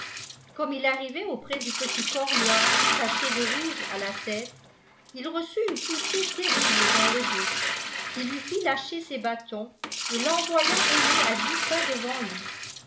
comme il arrivait auprès du petit corps noir taché de rouge à la tête il reçut une poussée terrible dans le dos qui lui fit lâcher ses butons et l'envoya rouler à dix pas devant lui